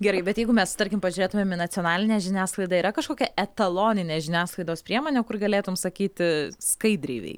gerai bet jeigu mes tarkim pažiūrėtumėm į nacionalinę žiniasklaidą yra kažkokia etaloninė žiniasklaidos priemonė kur galėtum sakyti skaidriai veikia